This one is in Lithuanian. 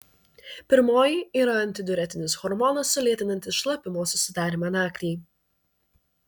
pirmoji yra antidiuretinis hormonas sulėtinantis šlapimo susidarymą naktį